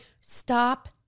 stop